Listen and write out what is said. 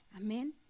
Amen